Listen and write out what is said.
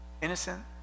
innocent